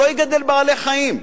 שלא יגדל בעלי-חיים.